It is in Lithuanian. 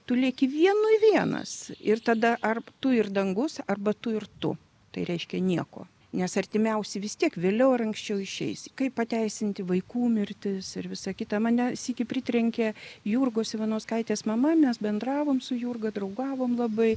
tu lieki vienui vienas ir tada ar tu ir dangus arba tu ir tu tai reiškia nieko nes artimiausi vis tiek vėliau ar anksčiau išeis kaip pateisinti vaikų mirtis ir visa kita mane sykį pritrenkė jurgos ivanauskaitės mama mes bendravom su jurga draugavom labai